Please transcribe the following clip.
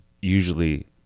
usually